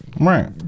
Right